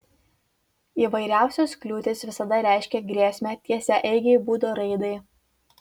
įvairiausios kliūtys visada reiškia grėsmę tiesiaeigei būdo raidai